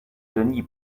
denis